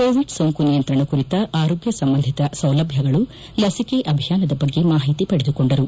Covid ಸೋಂಕು ನಿಯಂತ್ರಣ ಕುರಿತ ಆರೋಗ್ಯ ಸಂಬಂಧಿತ ಸೌಲಭ್ಯಗಳು ಲಸಿಕೆ ಅಭಿಯಾನದ ಬಗ್ಗೆ ಮಾಹಿತಿ ಪಡೆದುಕೊಂಡರು